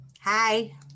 Hi